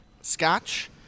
scotch